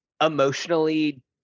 emotionally